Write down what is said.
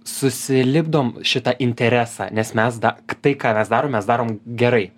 susilipdom šitą interesą nes mes dak tai ką mes darom mes darom gerai